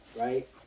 Right